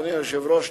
אדוני היושב-ראש,